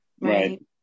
right